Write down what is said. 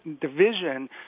division